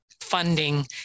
funding